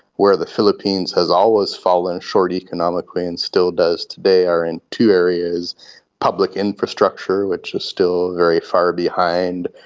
where the philippines has always fallen short economically and still does today are in two areas public infrastructure, which is still very far behind,